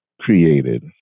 created